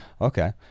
okay